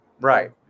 Right